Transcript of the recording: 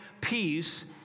peace